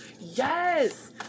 yes